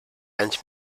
anys